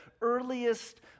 earliest